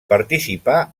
participà